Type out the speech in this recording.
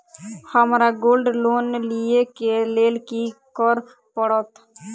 हमरा gold loan लिय केँ लेल की करऽ पड़त?